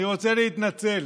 אני רוצה להתנצל,